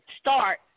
start